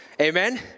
Amen